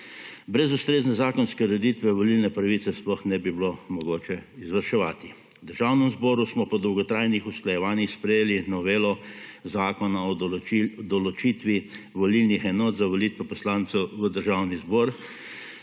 Brez ustrezne zakonske ureditve volilne pravice sploh ne bi bilo mogoče izvrševati. V Državnem zboru smo po dolgotrajnih usklajevanjih sprejeli novelo Zakona o določitvi volilnih enot za volitve poslancev v Državni zbor,